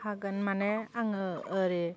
हागोन माने आङो ओरै